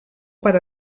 per